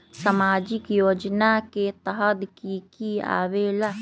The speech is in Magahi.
समाजिक योजना के तहद कि की आवे ला?